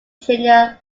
junior